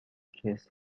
kiss